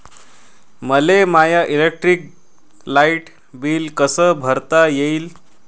मले माय electric light bill कस भरता येईल?